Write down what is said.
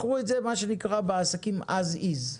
מכרו את זה, מה שנקרא בעסקים "as is",